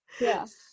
Yes